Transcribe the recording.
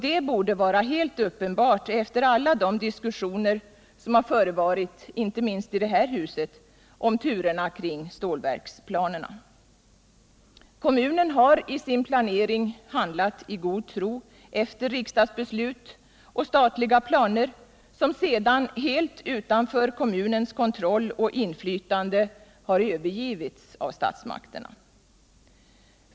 Det borde vara helt uppenbart efter alla de diskussioner som har förevarit, inte minst i det här huset, om turerna kring stålverksplanerna. Kommunen har i sin planering handlat i god tro efter riksdagsbeslut och statliga planer, som sedan helt utanför kommunens kontroll och inflytande har övergivits av statsmakterna.